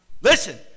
listen